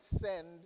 send